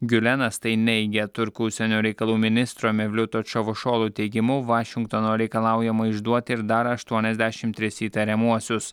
giulenas tai neigia turkų užsienio reikalų ministro mevliuto čavušolu teigimu vašingtono reikalaujama išduoti ir dar aštuoniasdešim tris įtariamuosius